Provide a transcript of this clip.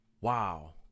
wow